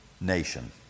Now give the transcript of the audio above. nation